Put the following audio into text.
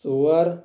ژور